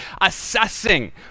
assessing